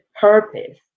purpose